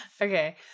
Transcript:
okay